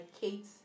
Kate